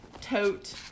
tote